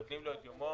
נותנים לאדם את יומו,